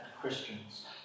Christians